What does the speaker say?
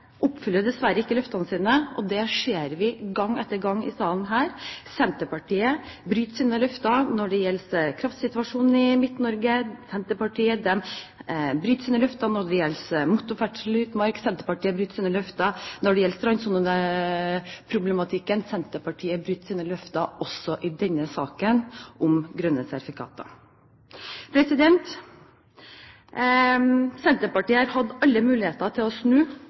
oppfyller dessverre ikke løftene sine, og det ser vi gang på gang i denne salen. Senterpartiet bryter sine løfter når det gjelder kraftsituasjonen i Midt-Norge. Senterpartiet bryter sine løfter når det gjelder motorferdsel i utmark. Senterpartiet bryter sine løfter når det gjelder strandsoneproblematikken. Senterpartiet bryter sine løfter også i denne saken om grønne sertifikater. Senterpartiet har hatt alle muligheter til å snu